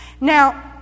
Now